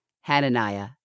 Hananiah